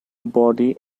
body